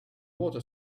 water